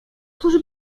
cóż